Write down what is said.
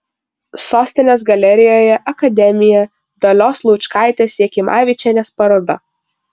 sostinės galerijoje akademija dalios laučkaitės jakimavičienės paroda